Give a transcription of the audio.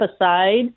aside